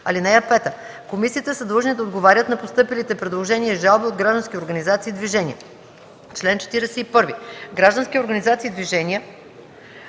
комисията. (5) Комисиите са длъжни да отговорят на постъпилите предложения и жалби от граждански организации и движения. Чл. 41. Граждански организации и движения